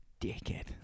dickhead